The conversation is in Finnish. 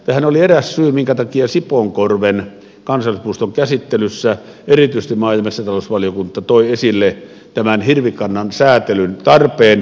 tähän oli eräs syy minkä takia sipoonkorven kansallispuiston käsittelyssä erityisesti maa ja metsätalousvaliokunta toi esille tämän hirvikannan säätelyn tarpeen